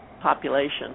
population